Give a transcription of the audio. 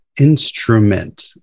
instrument